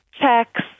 checks